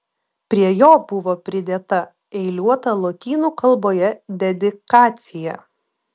prie jo buvo pridėta eiliuota lotynų kalboje dedikacija